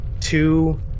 two